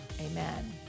amen